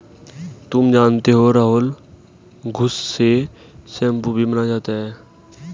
तुम जानते हो राहुल घुस से शैंपू भी बनाया जाता हैं